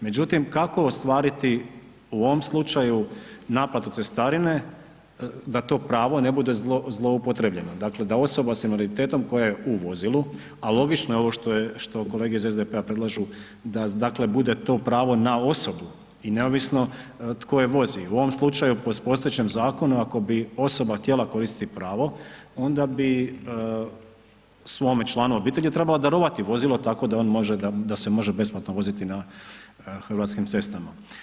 Međutim, kako ostvariti u ovom slučaju naplatu cestarine da to pravo ne bude zloupotrebljeno, dakle da osoba s invaliditetom koja je u vozilu, al logično je ovo što je, što kolege iz SDP-a predlažu da dakle bude to pravo na osobu i neovisno tko je vozi, u ovom slučaju po postojećem zakonu ako bi osoba htjela koristiti pravo onda bi svome članu obitelji trebala darovati vozilo tako da on može, da se može besplatno voziti na Hrvatskim cestama.